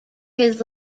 his